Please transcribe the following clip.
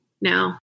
now